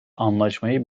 anlaşmayı